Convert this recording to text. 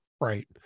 Right